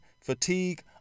fatigue